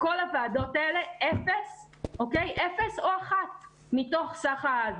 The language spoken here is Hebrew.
בכל הוועדות האלה אפס נשים או אחת מתוך הסך.